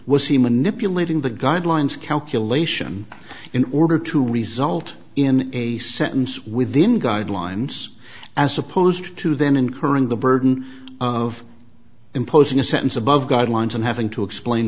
he manipulating the guidelines calculation in order to result in a sentence within guidelines as opposed to then incurring the burden of imposing a sentence above guidelines and having to explain